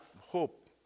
hope